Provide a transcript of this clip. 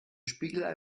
spiegelei